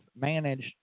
managed